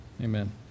amen